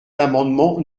l’amendement